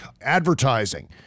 advertising